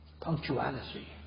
Punctuality